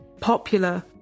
popular